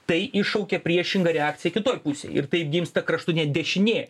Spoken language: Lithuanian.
tai iššaukė priešingą reakciją kitoj pusėj ir tai gimsta kraštutinė dešinė